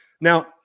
Now